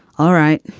all right,